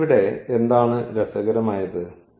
അതിനാൽ ഇവിടെ എന്താണ് രസകരമായത്